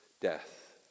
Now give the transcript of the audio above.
death